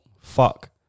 Fuck